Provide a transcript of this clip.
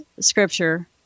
scripture